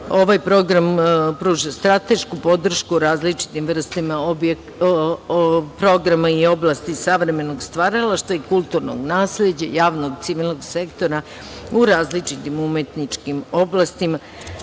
program nam pruža stratešku podršku o različitim vrstama ovog programa i oblasti savremenog stvaralaštva i kulturnog nasleđa, javnog civilnog sektora u različitim umetničkim oblastima,